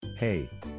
Hey